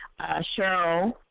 Cheryl